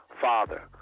Father